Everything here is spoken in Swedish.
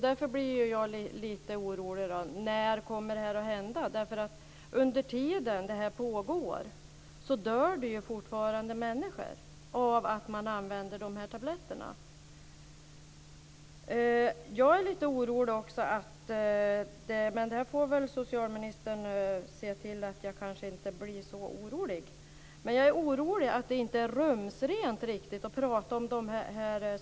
Därför blir jag lite orolig. När kommer detta att ske? Under den tid som detta pågår dör det ju människor på grund av att de använder dessa tabletter. Jag är orolig över att det inte är så att säga riktigt rumsrent att tala om de saker som jag tar upp, eftersom dessa tabletter inte har bättre smärtlindrande effekt.